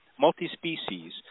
multi-species